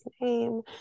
name